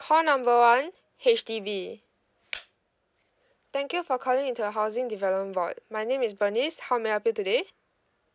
call number one H_D_B thank you for calling into our housing and development board my name is bernice how may I help you today